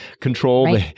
control